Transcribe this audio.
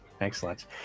Excellent